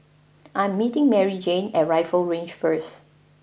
I'm meeting Maryjane at Rifle Range first